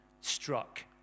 struck